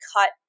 cut